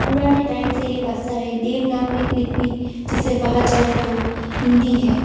पुराने टाइम से ये भाषा है देवनागरी लिपि जिसे कहा जाए तो हिंदी है